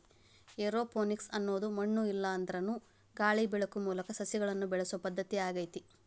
aeroponics ಅನ್ನೋದು ಮಣ್ಣು ಇಲ್ಲಾಂದ್ರನು ಗಾಳಿ ಬೆಳಕು ಮೂಲಕ ಸಸಿಗಳನ್ನ ಬೆಳಿಸೋ ಪದ್ಧತಿ ಆಗೇತಿ